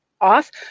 off